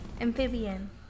Amphibian